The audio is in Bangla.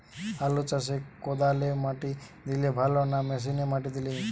আলু চাষে কদালে মাটি দিলে ভালো না মেশিনে মাটি দিলে?